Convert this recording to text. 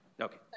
okay